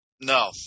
No